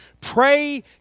Pray